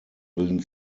bilden